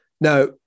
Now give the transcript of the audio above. Now